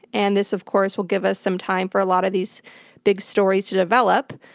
and this of course will give us some time for a lot of these big stories to develop.